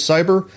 Cyber